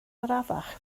arafach